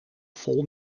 vol